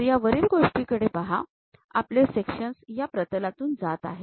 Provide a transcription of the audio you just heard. तर या वरील गोष्टीकडे पहा आपले सेक्शन्स या प्रतालातून जात आहेत